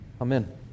Amen